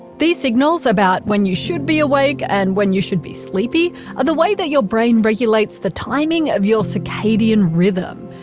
these signals about when you should be awake and when you should be sleepy are the way that your brain regulates the timing of your circadian rhythm.